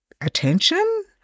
attention